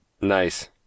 Nice